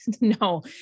no